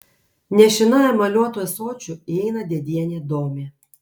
nešina emaliuotu ąsočiu įeina dėdienė domė